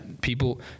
people